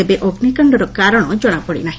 ତେବେ ଅଗ୍ରିକାଣ୍ଡର କାରଣ ଜଣାପଡ଼ିନାହି